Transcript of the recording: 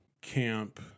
camp